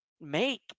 make